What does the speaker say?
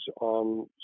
on